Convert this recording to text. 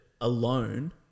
alone